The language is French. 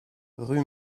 rue